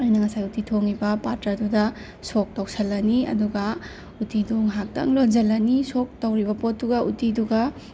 ꯑꯩꯅ ꯉꯁꯥꯏ ꯎꯠꯇꯤ ꯊꯣꯡꯉꯤꯕ ꯄꯥꯇ꯭ꯔ ꯑꯗꯨꯗ ꯁꯣꯛ ꯇꯧꯁꯜꯂꯅꯤ ꯑꯗꯨꯒ ꯎꯠꯇꯤꯗꯨ ꯉꯏꯍꯥꯛꯇꯪ ꯂꯣꯟꯖꯜꯂꯅꯤ ꯁꯣꯛ ꯇꯧꯔꯤꯕ ꯄꯣꯠꯇꯨꯒ ꯎꯠꯇꯤꯗꯨꯒ